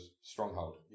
stronghold